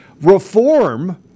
reform